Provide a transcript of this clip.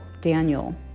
Daniel